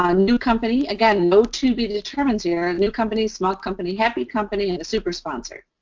um new company, again, no to be determined here. and new company, small company, happy company, and super sponsor.